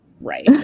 right